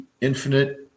infinite